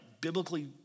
biblically